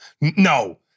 No